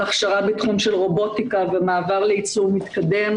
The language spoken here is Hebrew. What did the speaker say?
הכשרה בתחום של רובוטיקה ומעבר לייצור מתקדם.